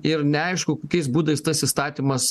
ir neaišku kokiais būdais tas įstatymas